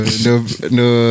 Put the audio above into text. no